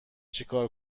چیکار